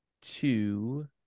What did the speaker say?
two